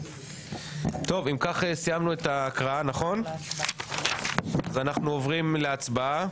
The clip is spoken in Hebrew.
אם כך סיימנו את ההקראה, אז אנחנו עוברים להצבעה.